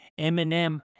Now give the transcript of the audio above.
Eminem